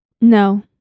No